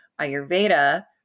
Ayurveda